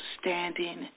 standing